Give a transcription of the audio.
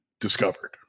discovered